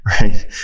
right